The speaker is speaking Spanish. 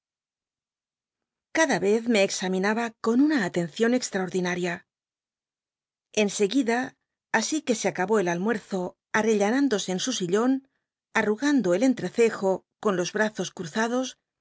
cada vez me examinaba con una atencion cxhaoi'dinaria en seguida así que e ac bó el almuerzo arrcllemindose en su sillon a ngando el cnti'cccjo con los brazos cruzados